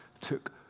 took